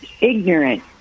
ignorant